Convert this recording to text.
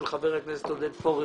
חשוב.